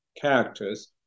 characters